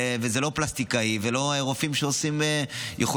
וזה לא פלסטיקאי ולא רופאים שיכולים,